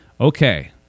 okay